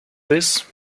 this